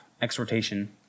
exhortation